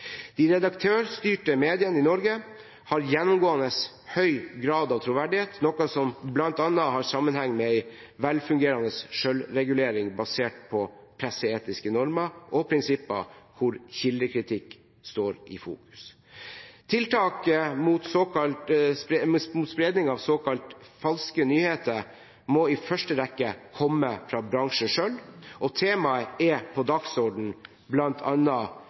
De redaktørstyrte mediene i Norge har gjennomgående høy grad av troverdighet, noe som bl.a. har sammenheng med en velfungerende selvregulering basert på presseetiske normer og prinsipper hvor kildekritikk står i fokus. Tiltak mot spredning av såkalte falske nyheter må i første rekke komme fra bransjen selv, og temaet er på